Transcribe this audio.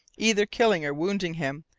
either killing or wounding him,